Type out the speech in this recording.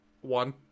one